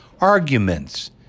arguments